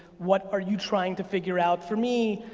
what are you trying to figure out? for me,